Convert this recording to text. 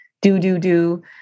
do-do-do